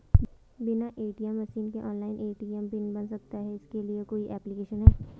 बिना ATM machine के online ATM PIN बन सकता है इसके लिए कोई ऐप्लिकेशन है?